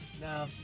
No